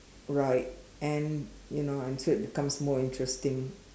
right and you know I said becomes more interesting